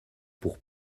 pour